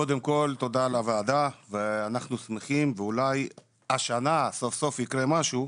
קודם כל תודה על הוועדה ואנחנו שמחים ואולי השנה סוף סוף ייקרה משהו,